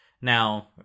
Now